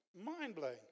mind-blowing